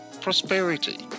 prosperity